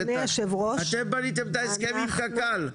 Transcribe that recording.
אתם בניתם את ההסכם על קק"ל,